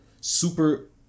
super